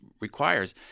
requires